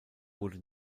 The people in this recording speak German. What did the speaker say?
wurde